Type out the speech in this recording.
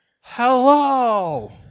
Hello